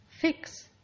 fix